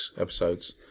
episodes